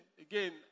again